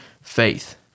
faith